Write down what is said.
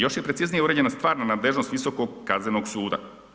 Još je preciznije uređena stvarna nadležnost Visokog kaznenog suda.